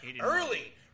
early